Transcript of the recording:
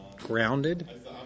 grounded